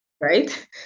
right